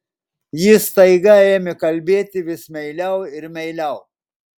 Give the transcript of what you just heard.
ji staiga ėmė kalbėti vis meiliau ir meiliau